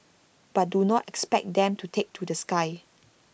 but do not expect them to take to the sky